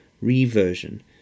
reversion